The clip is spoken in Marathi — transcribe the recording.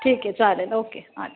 ठीक आहे चालेल ओके अच्छा